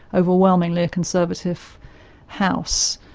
overwhelmingly a conservative house.